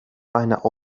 einer